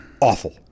awful